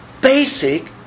basic